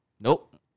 Nope